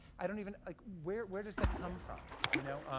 i don't even like where where does that come from? you know